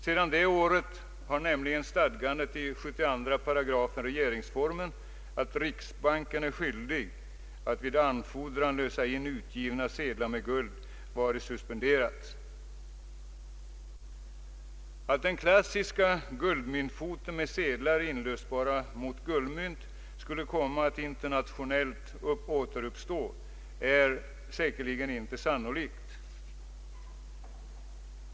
Sedan det året har nämligen stadgandet i 72 § regeringsformen, att riksbanken är skyldig att vid anfordran lösa in utgivna sedlar med guld, varit suspenderat. Att den klassiska guldmyntfoten med sedlar inlösbara mot guldmynt skulle komma att internationellt återuppstå är inte sannolikt.